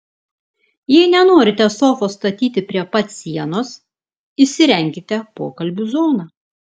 jei nenorite sofos statyti prie pat sienos įsirenkite pokalbių zoną